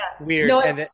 weird